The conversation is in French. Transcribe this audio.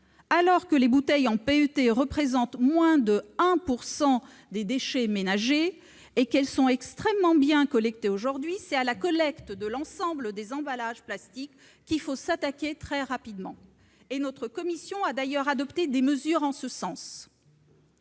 Alors que les bouteilles en PET représentent moins de 1 % des déchets ménagers et qu'elles sont extrêmement bien collectées aujourd'hui, c'est à la collecte de l'ensemble des emballages plastiques qu'il faut s'attaquer très rapidement, et la commission a d'ailleurs adopté des mesures en ce sens.